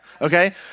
Okay